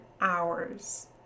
hours